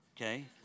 Okay